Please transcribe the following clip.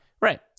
Right